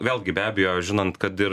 vėlgi be abejo žinant kad ir